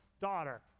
daughter